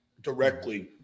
directly